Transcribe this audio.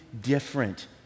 different